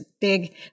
Big